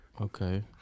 Okay